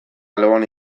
alboan